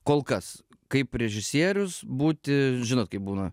kol kas kaip režisierius būti žinot kaip būna